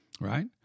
right